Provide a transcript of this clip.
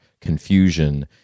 confusion